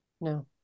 No